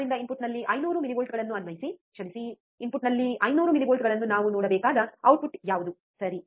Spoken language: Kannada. ಆದ್ದರಿಂದ ಇನ್ಪುಟ್ನಲ್ಲಿ 500 ಮಿಲಿವೋಲ್ಟ್ಗಳನ್ನು ಅನ್ವಯಿಸಿ ಕ್ಷಮಿಸಿ ಇನ್ಪುಟ್ನಲ್ಲಿ 500 ಮಿಲಿವೋಲ್ಟ್ಗಳನ್ನು ನಾವು ನೋಡಬೇಕಾದ ಔಟ್ಪುಟ್ ಯಾವುದು ಸರಿ